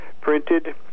printed